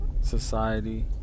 Society